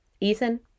Ethan